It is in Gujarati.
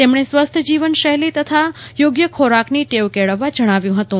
તેમણે સ્વસ્થ જીવન શૈલી સાથે યોગ્ય ખોરાકની ટેવ કેળવવા જજ્ઞાવ્યું હતું